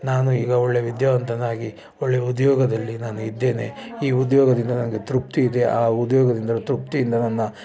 ನಾನು ಈಗ ಒಳ್ಳೆ ವಿದ್ಯಾವಂತನಾಗಿ ಒಳ್ಳೆ ಉದ್ಯೋಗದಲ್ಲಿ ನಾನು ಇದ್ದೇನೆ ಈ ಉದ್ಯೋಗದಿಂದ ನನಗೆ ತೃಪ್ತಿ ಇದೆ ಆ ಉದ್ಯೋಗದಿಂದ ತೃಪ್ತಿಯಿಂದ ನನ್ನ